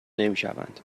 نمیشوند